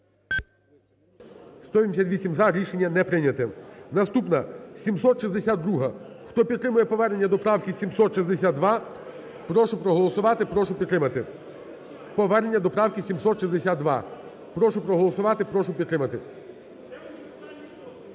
За-188 Рішення не прийнято. Наступна 762-а. Хто підтримує повернення до правки 762, прошу проголосувати, прошу підтримати